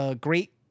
great